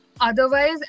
otherwise